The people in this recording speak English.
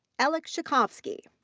alec. schutkovske.